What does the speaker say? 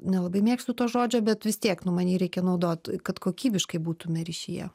nelabai mėgstu to žodžio bet vis tiek nu man jį reikia naudot kad kokybiškai būtume ryšyje